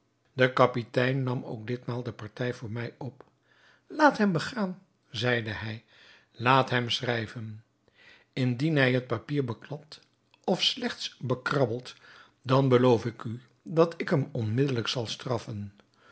de kapitein nam ook ditmaal de partij voor mij op laat hem begaan zeide hij laat hem schrijven indien hij het papier bekladt of slechts bekrabbelt dan beloof ik u dat ik hem onmiddelijk zal straffen